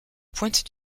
pointe